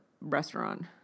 restaurant